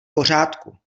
pořádku